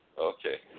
Okay